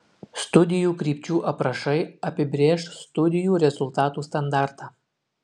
studijų krypčių aprašai apibrėš studijų rezultatų standartą